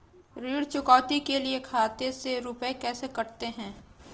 ऋण चुकौती के लिए खाते से रुपये कैसे कटते हैं?